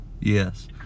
Yes